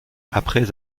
après